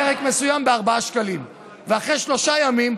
ירק מסוים ב-4 שקלים ואחרי שלושה ימים,